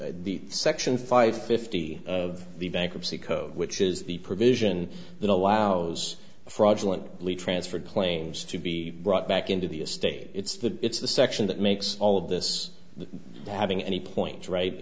the section five fifty of the bankruptcy code which is the provision that allows fraudulent lee transferred claims to be brought back into the estate it's the it's the section that makes all of this having any point right i